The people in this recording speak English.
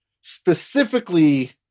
specifically